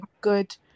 good